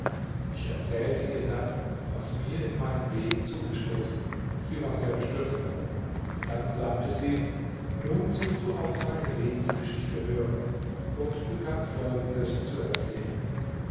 ich erzählte ihr dann was mir in meinem leben zugestoßen sie war sehr bestürzt darüber dann sagte sie nun sollst du auch meine lebensgeschichte hören und begann folgendes zu erzählen